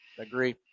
agree